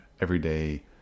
everyday